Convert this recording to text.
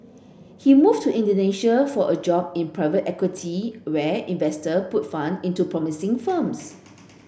he moved to Indonesia for a job in private equity where investor put fund into promising firms